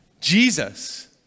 Jesus